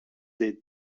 the